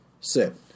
Sit